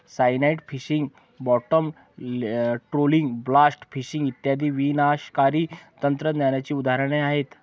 cyanide fishing, bottom trawling, blast fishing इत्यादी विनाशकारी तंत्रज्ञानाची उदाहरणे आहेत